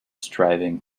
striving